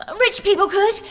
ah rich people could!